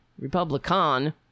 Republican